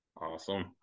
awesome